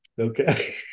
Okay